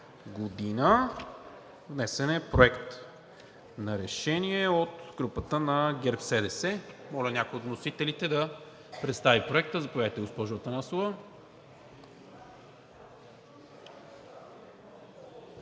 2020 Г. Внесен е Проект на решение от групата на ГЕРБ-СДС. Моля някой от вносителите да представи Проекта. Заповядайте, госпожо Атанасова.